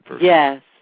yes